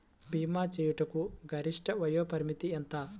భీమా చేయుటకు గరిష్ట వయోపరిమితి ఎంత?